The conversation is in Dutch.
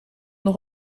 nog